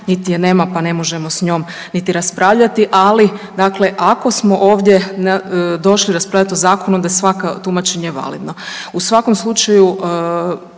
niti je nema pa ne možemo s njom niti raspravljati, ali dakle ako smo ovdje došli raspravljati o zakonu da je svako tumačenje validno. U svakom slučaju,